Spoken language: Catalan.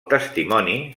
testimoni